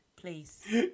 please